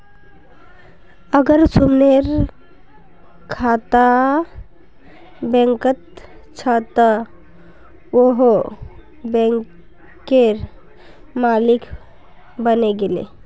अगर सुमनेर खाता बैंकत छ त वोहों बैंकेर मालिक बने गेले